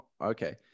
Okay